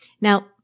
Now